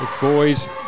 boys